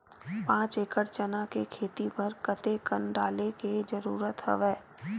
पांच एकड़ चना के खेती बर कते कन डाले के जरूरत हवय?